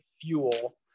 fuel